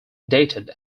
dated